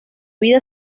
vida